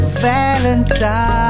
valentine